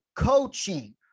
coaching